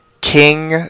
King